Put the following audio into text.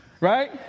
right